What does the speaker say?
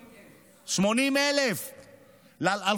80,000. 80,000,